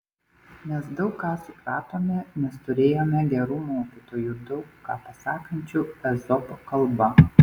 mes daug ką supratome nes turėjome gerų mokytojų daug ką pasakančių ezopo kalba